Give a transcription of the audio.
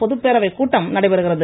பொதுப்பேரவை கூட்டம் நடைபெறுகிறது